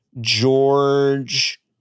George